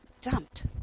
Dumped